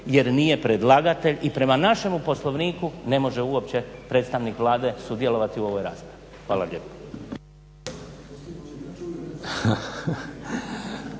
jer nije predlagatelj i prema našemu Poslovniku ne može uopće predstavnik Vlade sudjelovati u ovoj raspravi. Hvala lijepa.